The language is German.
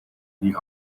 die